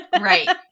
Right